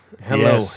Hello